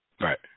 Right